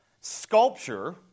sculpture